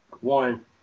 one